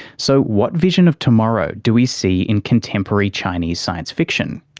so, what vision of tomorrow do we see in contemporary chinese science fiction?